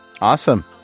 awesome